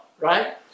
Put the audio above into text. right